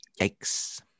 Yikes